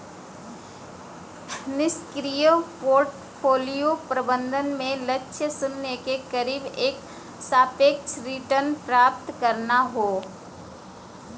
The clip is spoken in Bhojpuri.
निष्क्रिय पोर्टफोलियो प्रबंधन में लक्ष्य शून्य के करीब एक सापेक्ष रिटर्न प्राप्त करना हौ